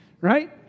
right